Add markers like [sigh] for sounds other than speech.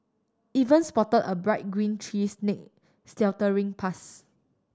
even spot a bright green tree snake slithering [unintelligible]